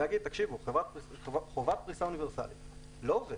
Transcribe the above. לומר, תקשיבו, חובת פריסה אוניברסלית לא עובד